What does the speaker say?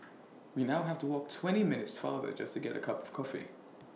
we now have to walk twenty minutes farther just to get A cup of coffee